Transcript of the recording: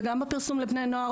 וגם בפרסום לבני נוער